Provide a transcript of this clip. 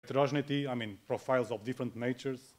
רטרוג'נטי, זאת אומרת, פרופילים מנהיגים מختלפים